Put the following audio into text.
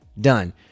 Done